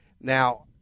Now